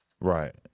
Right